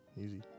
Easy